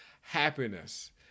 happiness